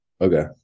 Okay